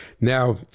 now